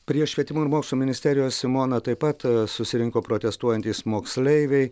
prie švietimo ir mokslo ministerijos simona taip pat susirinko protestuojantys moksleiviai